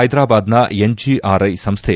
ಹೈದರಾಬಾದ್ನ ಎನ್ಜೆಆರ್ಐ ಸಂಸ್ಥೆ